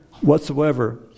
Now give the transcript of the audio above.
whatsoever